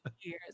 years